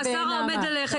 השר עומד ללכת,